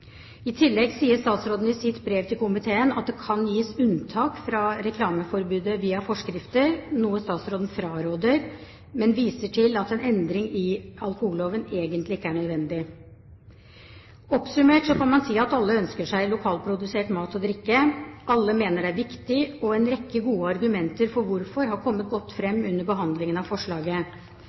tillegg sier statsråden i sitt brev til komiteen at det kan gis unntak fra reklameforbudet via forskrifter – noe statsråden fraråder – men viser til at en endring i alkoholloven egentlig ikke er nødvendig. Oppsummert kan man si at alle ønsker seg lokalprodusert mat og drikke. Alle mener det er viktig, og en rekke gode argumenter for hvorfor har kommet godt frem under behandlingen av forslaget.